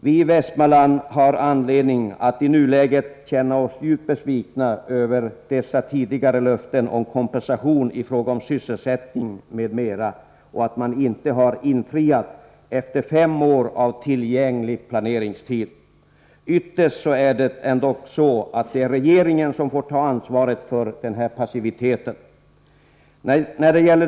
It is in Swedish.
Vi i Västmanland har anledning att i nuläget vara djupt besvikna över att dessa tidigare löften om kompensation i fråga om sysselsättning m.m. trots fem år av tillgänglig planeringstid inte infriats. Ytterst är det ändock regeringen som får ta ansvaret för denna passivitet.